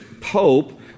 pope